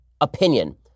opinion